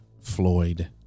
Floyd